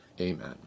Amen